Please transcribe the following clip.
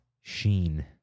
sheen